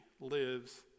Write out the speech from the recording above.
lives